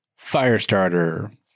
Firestarter